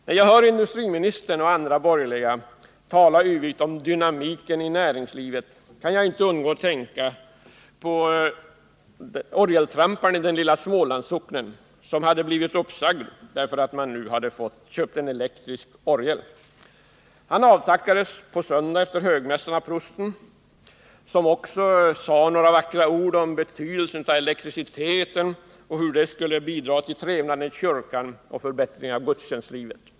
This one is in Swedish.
När jag hör industriministern och andra på den borgerliga sidan tala yvigt om dynamiken i näringslivet kan jag inte undgå att tänka på orgeltramparen i den lilla Smålandssocknen som avskedades därför att man hade skaffat en elektrisk orgel till kyrkan. På söndagen efter högmässan avtackades han av prosten, som också sade några vackra ord om hur betydelsefullt det var med elektriciteten och om hur den skulle bidra till att skapa trevnad i kyrkan och ett bättre gudstjänstliv.